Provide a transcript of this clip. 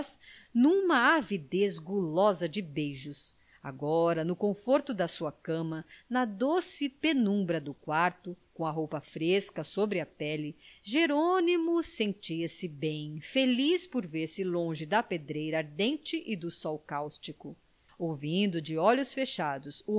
numa avidez gulosa de beijos agora no conforto da sua cama na doce penumbra do quarto com a roupa fresca sobre a pele jerônimo sentia-se bem feliz por ver-se longe da pedreira ardente e do sol cáustico ouvindo de olhos fechados